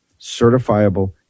certifiable